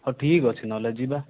ହଁ ଠିକ୍ ଅଛି ନହେଲେ ଯିବା